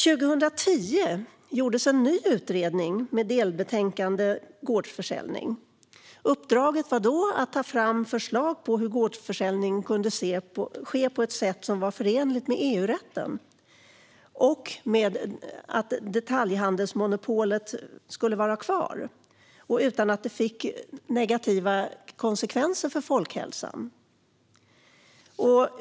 År 2010 gjordes en ny utredning, som lade fram delbetänkandet Gårdsförsäljning . Uppdraget var att ta fram förslag på hur gårdsförsäljning skulle kunna ske på ett sätt som var förenligt med EU-rätten men med vilket detaljhandelsmonopolet skulle kunna vara kvar. Det skulle inte heller leda till negativa konsekvenser för folkhälsan.